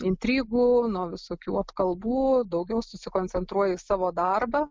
intrigų nuo visokių apkalbų daugiau susikoncentruoji į savo darbą